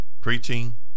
preaching